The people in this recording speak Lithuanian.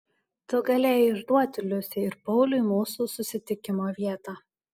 tu galėjai išduoti liusei ir pauliui mūsų susitikimo vietą